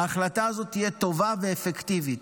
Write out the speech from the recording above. ההחלטה הזאת תהיה טובה ואפקטיבית.